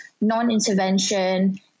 non-intervention